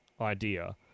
idea